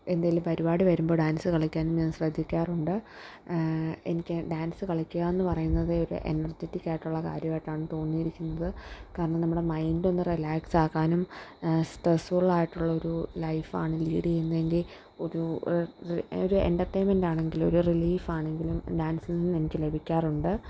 എന്തേലും പരിപാടി വരുമ്പോള് ഡാൻസ് കളിക്കാൻ ഞാൻ ശ്രദ്ധിക്കാറുണ്ട് എനിക്ക് ഡാൻസ് കളിക്കുക എന്ന് പറയുന്നത് തന്നെ എനർജിറ്റിക്കായിട്ടുള്ള കാര്യമായിട്ടാണ് തോന്നിയിരിക്കുന്നത് കാരണം നമ്മുടെ മൈൻന്റൊന്ന് റിലാക്സാകാനും സ്ട്രസ്ഫുളായിട്ടുള്ളൊരു ലൈഫാണ് ലീഡ് ചെയ്യുന്നതെങ്കില് ഒരു എൻറർടൈൻമെന്റ് ആണെങ്കിൽ ഒരു റിലീഫാണെങ്കിലും ഡാൻസിൽ നിന്നെനിക്ക് ലഭിക്കാറുണ്ട്